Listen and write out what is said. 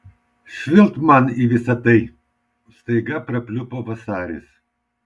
švilpt man į visa tai staiga prapliupo vasaris